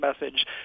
message